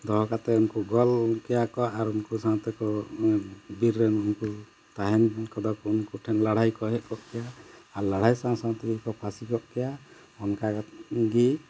ᱫᱚᱦᱚ ᱠᱟᱛᱮᱫ ᱩᱱᱠᱩ ᱜᱚᱞ ᱠᱮᱭᱟ ᱠᱚ ᱟᱨ ᱩᱱᱠᱩ ᱥᱟᱶᱛᱮ ᱠᱚ ᱵᱤᱨ ᱨᱮᱱ ᱩᱱᱠᱩ ᱛᱟᱦᱮᱱ ᱠᱚᱫᱚ ᱠᱚ ᱩᱱᱠᱩ ᱴᱷᱮᱱ ᱞᱟᱹᱲᱦᱟᱹᱭ ᱠᱚ ᱦᱮᱡ ᱠᱚᱜ ᱠᱮᱭᱟ ᱟᱨ ᱞᱟᱹᱲᱦᱟᱹᱭ ᱥᱟᱶ ᱥᱟᱶ ᱛᱮᱜᱮ ᱠᱚ ᱯᱷᱟᱹᱥᱤ ᱠᱚᱜ ᱠᱮᱭᱟ ᱚᱱᱠᱟ ᱠᱟᱛᱮᱫ ᱜᱮ